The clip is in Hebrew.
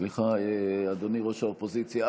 סליחה, אדוני ראש האופוזיציה.